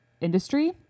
industry